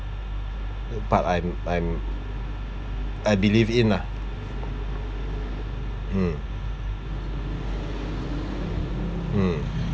part I'm I'm I believe in lah mm mm